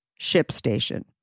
ShipStation